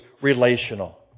relational